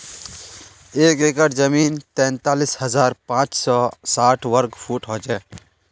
एक एकड़ जमीन तैंतालीस हजार पांच सौ साठ वर्ग फुट हो छे